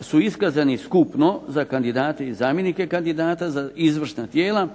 su iskazani skupno za kandidate i zamjenike kandidata za izvršna tijela,